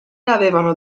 avevano